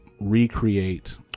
recreate